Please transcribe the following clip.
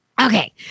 Okay